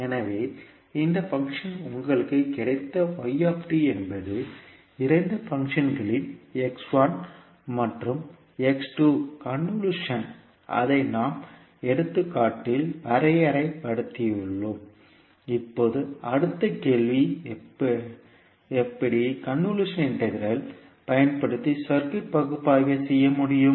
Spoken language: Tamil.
எனவே இந்த பங்க்ஷன் உங்களுக்கு கிடைத்த என்பது இரண்டு பங்க்ஷன்களின் மற்றும் கன்வொல்யூஷன் அதை நாம் எடுத்துக்காட்டில் வரையறை படுத்தியுள்ளோம் இப்போது அடுத்த கேள்வி எப்படி கன்வொல்யூஷன் இன்டெக்ரல் பயன்படுத்தி சர்க்யூட் பகுப்பாய்வை செய்ய முடியும்